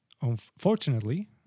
unfortunately